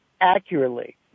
accurately